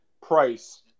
price